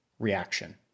Reaction